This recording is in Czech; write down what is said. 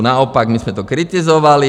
Naopak my jsme to kritizovali.